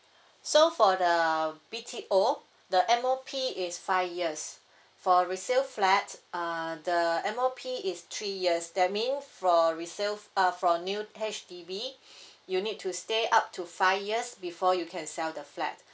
so for the B_T_O the M_O_P is five years for resale flat uh the M_O_P is three years that mean for resale uh for new H_D_B you need to stay up to five years before you can sell the flat